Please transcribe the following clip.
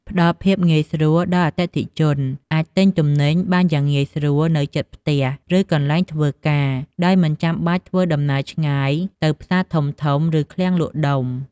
ផ្តល់ភាពងាយស្រួល ដល់អតិថិជនអាចទិញទំនិញបានយ៉ាងងាយស្រួលនៅជិតផ្ទះ ឬកន្លែងធ្វើការ ដោយមិនចាំបាច់ធ្វើដំណើរឆ្ងាយទៅផ្សារធំៗ ឬឃ្លាំងលក់ដុំ។